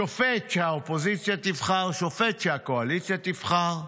שופט שהאופוזיציה תבחר, שופט שהקואליציה תבחר,